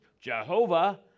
Jehovah